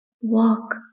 walk